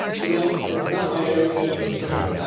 you know, it's not my area of expertise.